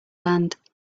land